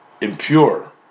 impure